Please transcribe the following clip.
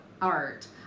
art